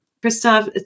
Christophe